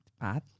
bad